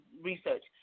research